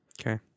Okay